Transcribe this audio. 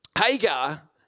Hagar